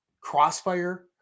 crossfire